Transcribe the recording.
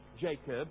Jacob